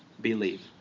believe